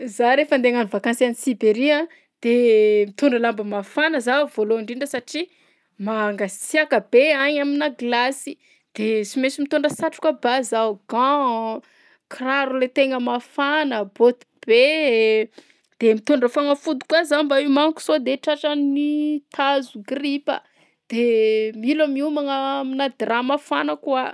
Zaho rehefa andeha hagnano vakansy any Siberia a de mitondra lamba mafana zaho voalohany ndrindra satria mangasiaka be agny aminà gilasy, de sy mainsy mitondra satroka ba zaho, gant, kiraro le tegna mafana, botte be de mitondra fagnafody koa zaho mba hiomanako sao de tratran'ny tazo, gripa de mila miomagna aminà drap mafana koa.